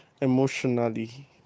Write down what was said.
emotionally